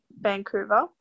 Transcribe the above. Vancouver